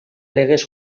legez